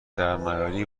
درنیاری